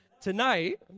tonight